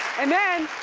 and then,